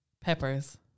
peppers